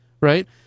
right